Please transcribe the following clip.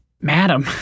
madam